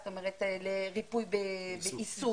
זאת אומרת לריפוי בעיסוק,